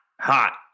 hot